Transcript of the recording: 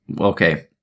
Okay